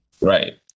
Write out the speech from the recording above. right